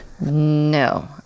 No